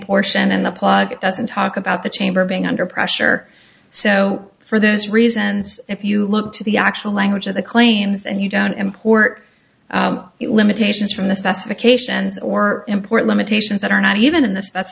portion and the plug it doesn't talk about the chamber being under pressure so for those reasons if you look to the actual language of the claims and you don't import it limitations from the specifications or import limitations that are not even in th